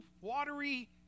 watery